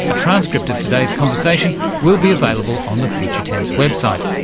transcript of today's conversation will be available on the future tense website,